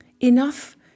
enough